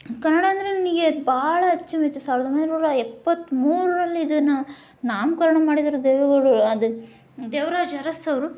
ಕನ್ನಡ ಅಂದರೆ ನನಗೆ ಭಾಳ ಅಚ್ಚುಮೆಚ್ಚು ಸಾವಿರದ ಒಂಬೈನೂರ ಎಪ್ಪತ್ತಮೂರರಲ್ಲಿ ಇದನ್ನು ನಾಮಕರಣ ಮಾಡಿದ್ದಾರೆ ದೇವೇಗೌಡರು ಅದು ದೇವರಾಜ ಅರಸ್ ಅವರು